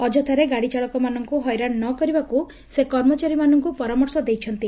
ଅଯଥାରେ ଗାଡିଚାଳକମାନଙ୍କୁ ହଇରାଶ ନ କରିବାକୁ ସେ କର୍ମଚାରୀମାନଙ୍କୁ ପରାମର୍ଶ ଦେଇଛନ୍ତି